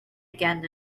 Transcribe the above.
again